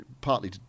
partly